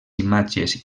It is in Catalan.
imatges